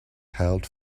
held